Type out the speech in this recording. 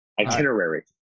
Itinerary